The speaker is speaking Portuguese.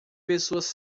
pessoas